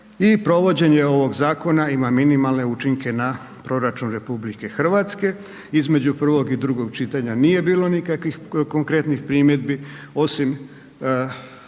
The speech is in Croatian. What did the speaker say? i provođenje ovog zakona ima minimalne učinke na proračun RH. Između prvog i drugog čitanja nije bilo nikakvih konkretnih primjedbi osim primjedbe